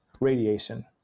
radiation